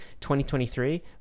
2023